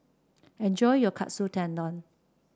enjoy your Katsu Tendon